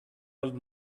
old